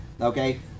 okay